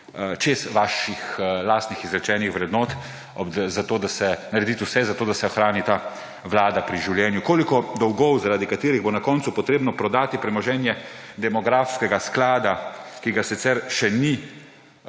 čez vaše lastne izrečene vrednote narediti vse, zato da se ohrani ta vlada pri življenju. Koliko dolgov, zaradi katerih bo na koncu potrebno prodati premoženje demografskega sklada, ki ga sicer še ni,